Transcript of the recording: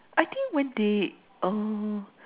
I think when they